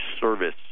Service